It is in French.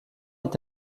est